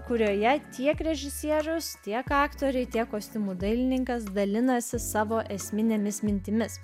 kurioje tiek režisierius tiek aktoriai tiek kostiumų dailininkas dalinasi savo esminėmis mintimis